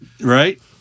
Right